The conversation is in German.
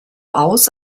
aus